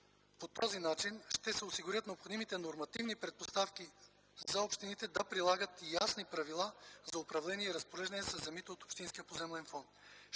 По този начин ще се осигурят необходимите нормативни предпоставки за общините да прилагат ясни правила за управление и разпореждане със земите от общинския поземлен фонд.